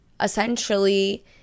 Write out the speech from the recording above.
essentially